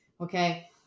okay